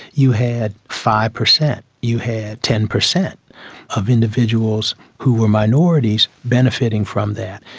you had five percent, you had ten percent of individuals who were minorities benefiting from that.